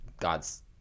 God's